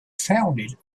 founded